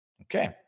Okay